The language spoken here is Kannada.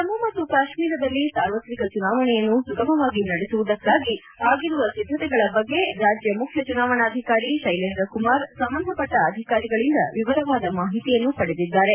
ಜಮ್ಮು ಮತ್ತು ಕಾಶ್ಮೀರದಲ್ಲಿ ಸಾರ್ವತ್ರಿಕ ಚುನಾವಣೆಯನ್ನು ಸುಗಮವಾಗಿ ನಡೆಸುವುದಕ್ಕಾಗಿ ಆಗಿರುವ ಸಿದ್ದತೆಗಳ ಬಗ್ಗೆ ರಾಜ್ಯ ಮುಖ್ಯ ಚುನಾವಣಾಧಿಕಾರಿ ಶೈಲೇಂದ್ರ ಕುಮಾರ್ ಸಂಬಂಧಪಟ್ಟ ಅಧಿಕಾರಿಗಳಿಂದ ವಿವರವಾದ ಮಾಹಿತಿಯನ್ನು ಪಡೆದಿದ್ದಾರೆ